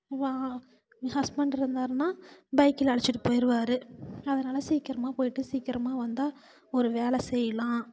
வ ஹஸ்பண்ட் இருந்தாருன்னால் பைக்கில் அழைச்சிட்டு போயிடுவாரு அதனாலே சீக்கிரமாக போயிட்டு சீக்கிரமாக வந்தால் ஒரு வேலை செய்யலாம்